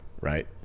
Right